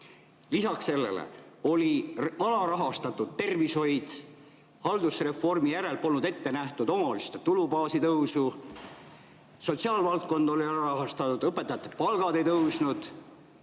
Lisaks sellele oli alarahastatud tervishoid, haldusreformi järel polnud ette nähtud omavalitsuste tulubaasi tõusu, sotsiaalvaldkond oli alarahastatud, õpetajate palgad ei tõusnud.